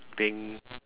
playing